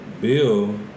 Bill